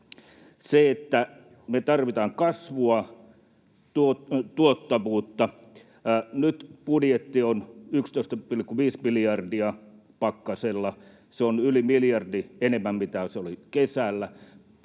Me tarvitaan kasvua, tuottavuutta. Nyt budjetti on 11,5 miljardia pakkasella. Se on yli miljardi enemmän, mitä se oli kesällä.